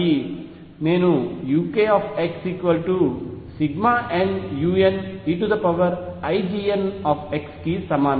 నేను uk nuneiGnx కి సమానం